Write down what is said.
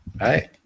right